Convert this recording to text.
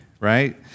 right